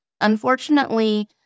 Unfortunately